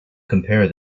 compare